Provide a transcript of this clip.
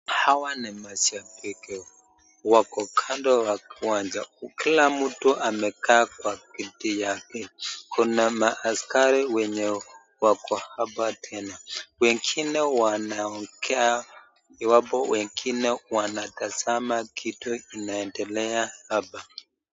Hawa ni mashabiki wako kando wa uwanja kila mtu amekaa kwa kiti yake, kuna maaskari wenye wako hapa tena, wengine wanaongea iwapo wengine wanatasama kitu inaendelea hapa.